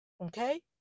Okay